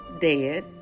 dead